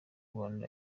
rwanda